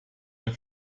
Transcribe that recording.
ein